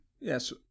yes